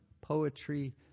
poetry